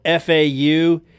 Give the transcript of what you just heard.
FAU